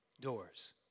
doors